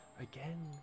again